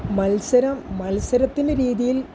മത്സരം മത്സരത്തിൻ്റെ രീതിയിൽ